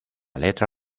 letra